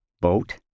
boat